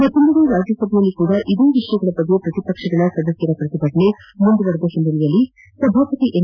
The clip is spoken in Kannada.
ಮತ್ತೊಂದೆಡೆ ರಾಜ್ಯಸಭೆಯಲ್ಲೂ ಇದೇ ವಿಷಯಗಳ ಬಗ್ಗೆ ಪ್ರತಿಪಕ್ಷ ಸದಸ್ಯರ ಪ್ರತಿಭಟನೆ ಮುಂದುವರಿದ ಹಿನ್ನೆಲೆಯಲ್ಲಿ ಸಭಾಪತಿ ಎಂ